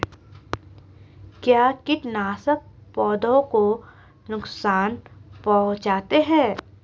क्या कीटनाशक पौधों को नुकसान पहुँचाते हैं?